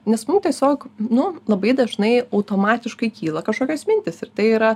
nes mum tiesiog nu labai dažnai automatiškai kyla kažkokios mintys ir tai yra